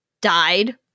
died